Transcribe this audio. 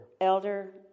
elder